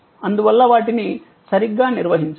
అందువల్ల వాటిని సరిగ్గా నిర్వహించాలి